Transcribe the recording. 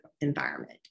environment